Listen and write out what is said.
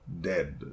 dead